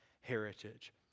heritage